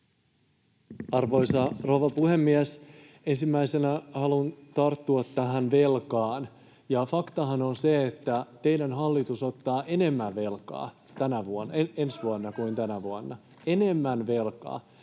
Arvoisa rouva puhemies! Ensimmäisenä haluan tarttua tähän velkaan. Faktahan on se, että teidän hallitus ottaa enemmän velkaa ensi vuonna kuin tänä vuonna, [Anne